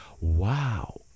Wow